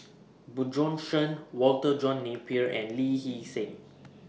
Bjorn Shen Walter John Napier and Lee Hee Seng